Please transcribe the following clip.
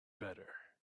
better